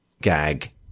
gag